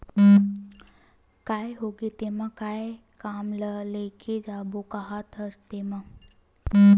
काय होगे तेमा काय काम ल लेके जाबो काहत हस तेंमा?